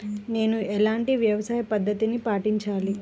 నేను ఎలాంటి వ్యవసాయ పద్ధతిని పాటించాలి?